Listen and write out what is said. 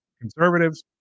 conservatives